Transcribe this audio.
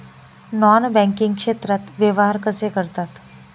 Non banking क्षेत्रात व्यवहार कसे करतात?